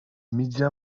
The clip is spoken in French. médias